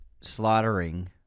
slaughtering